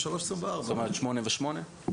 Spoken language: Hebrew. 2023-2024. זאת אומרת, 8 ו-8?